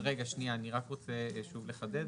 סליחה, אני רוצה שוב לחדד.